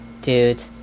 Dude